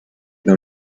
dans